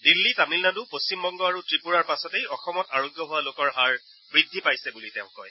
দিল্লী তামিলনাডু পশ্চিমবংগ আৰু ত্ৰিপুৰাৰ পাছতেই অসমত আৰোগ্য হোৱা লোকৰ হাৰ বৃদ্ধি পাইছে বুলি তেওঁ কয়